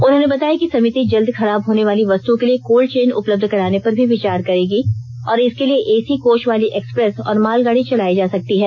उन्होंने बताया कि समिति जल्दी खराब होने वाली वस्तुओं के लिए कोल्ड चेन उपलब्ध कराने पर भी विचार करेगी और इसके लिए एसी कोच वाली एक्सप्रेस और मालगाड़ी चलाई जा सकती है